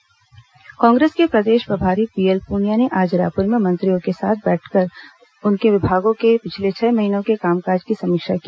Punia press Congress के प्रदेश प्रभारी पीएल पुनिया ने आज रायपुर में मंत्रियों के साथ बैठक कर उनके विभाग के पिछले छह महीनों के कामकाज की समीक्षा की